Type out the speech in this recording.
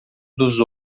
dos